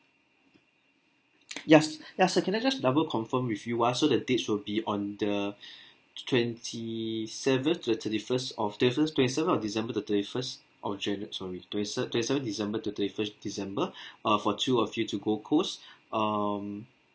yes ya sir so can I just double confirm with you ah so the dates will be on the twenty seven to the thirty first of thirty first twenty seven of december to thirty first of janua~ sorry twenty se~ twenty seven december to thirty first december uh for two of you to gold coast um